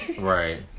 Right